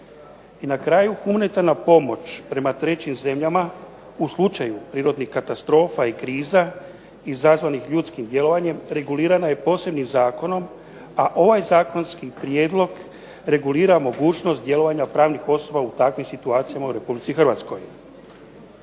I na kraju, humanitarna pomoć prema trećim zemljama u slučaju prirodnih katastrofa i kriza izazvanih ljudskim djelovanjem regulirana je posebnim zakonom a ovaj zakonski prijedlog regulira mogućnost djelovanja pravnih osoba u takvim situacijama u Republici Hrvatskoj.